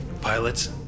Pilots